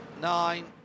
nine